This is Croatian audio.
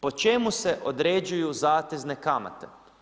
Po čemu se određuju zatezne kamate?